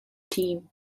team